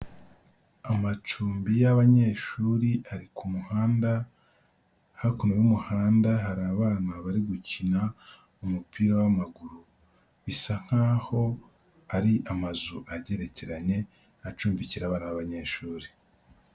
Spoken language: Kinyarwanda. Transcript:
Amacumbi y'abanyeshuri ari ku muhanda, hakuno y'umuhanda hari abana bari gukina umupira w'amaguru, bisa nkaho ari amazu agerekeranye acumbikira abana b'abanyeshuri.